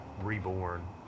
reborn